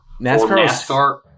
NASCAR